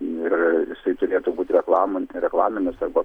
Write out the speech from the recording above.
ir jisai turėtų būti reklam reklaminės arba